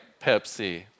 Pepsi